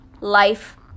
life